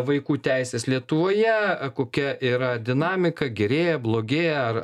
vaikų teisės lietuvoje kokia yra dinamika gerėja blogėja ar